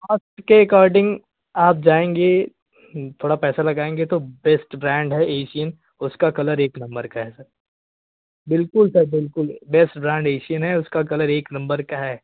cost according आप जाएँगे हम्म थोड़ा पैसा लगाएँगे तो बेस्ट ब्रांड है एसियन उसका कलर एक नंबर का है सर बिल्कुल सर बिल्कुल बेस्ट ब्रांड एसियन है उसका कलर एक नंबर का है